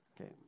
Okay